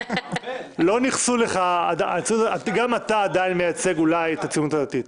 גם אתה עדיין מייצג, אולי, את הציונות הדתית.